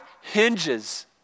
hinges